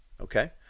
okay